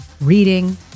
reading